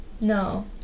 No